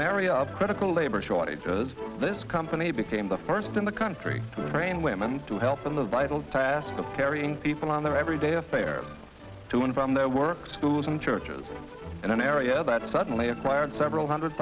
an area of critical labor shortages this company became the first in the country to train women to help in the vital task of carrying people on their every day affair to and from their work schools and churches in an area that suddenly acquired several hundred